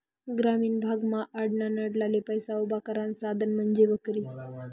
ग्रामीण भागमा आडनडले पैसा उभा करानं साधन म्हंजी बकरी